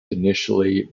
initially